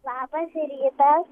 labas rytas